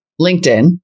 LinkedIn